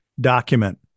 document